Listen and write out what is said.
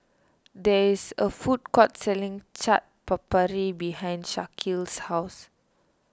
there is a food court selling Chaat Papri behind Shaquille's house